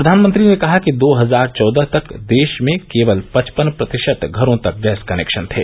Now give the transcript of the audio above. प्रधानमंत्री ने कहा कि दो हजार चौदह तक देश के केवल पचपन प्रतिशत घरों तक गैस कनेक्शन थे